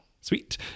Sweet